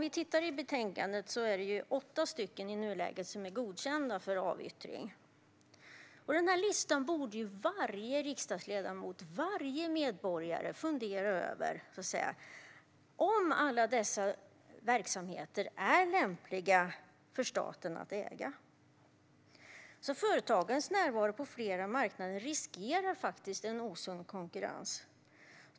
I betänkandet ser vi att det i nuläget är åtta stycken som är godkända för avyttring. Varje riksdagsledamot och varje medborgare borde fundera över om alla dessa verksamheter är lämpliga för staten att äga. Företagens närvaro på flera marknader riskerar faktiskt en osund konkurrens.